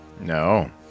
No